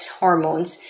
hormones